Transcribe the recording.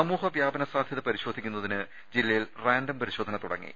സമൂഹ വ്യാപന സാധ്യതപരിശോധിക്കുന്നതിന് ജില്ലയിൽ റാൻഡം പരിശോധന തുടങ്ങി